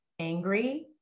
angry